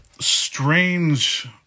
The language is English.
Strange